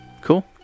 Cool